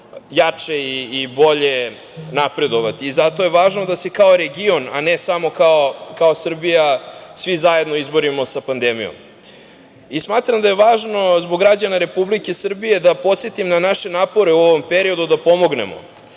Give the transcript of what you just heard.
jače i bolje napredovati. Zato je važno da se kao region, a ne samo kao Srbija svi zajedno izborimo sa pandemijom. Smatram da je važno zbog građana Republike Srbije da podsetim na naše napore u ovom periodu da pomognemo.